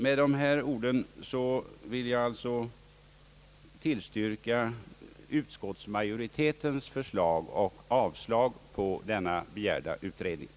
Med dessa ord vill jag tillstyrka utskottsmajoritetens förslag och yrka avslag på den begärda utredningen.